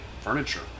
furniture